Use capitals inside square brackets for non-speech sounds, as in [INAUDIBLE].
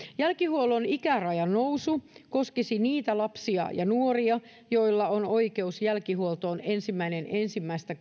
jälkihuollon ikärajanousu koskisi niitä lapsia ja nuoria joilla on oikeus jälkihuoltoon ensimmäinen ensimmäistä [UNINTELLIGIBLE]